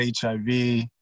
HIV